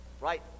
right